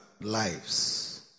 lives